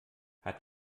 hat